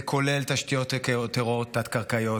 זה כולל תשתיות טרור תת-קרקעיות,